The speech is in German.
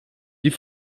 die